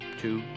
two